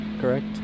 correct